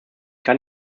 kann